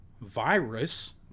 virus